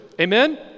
Amen